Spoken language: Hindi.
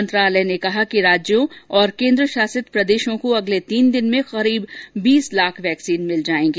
मंत्रालय ने कहा कि राज्यों और केन्द्रशासित प्रदेशों को अगले तीन दिन में लगभग बीस लाख वैक्सीन मिल जाएंगी